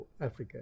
Africa